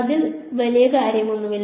അതിൽ വലിയ കാര്യമൊന്നുമില്ല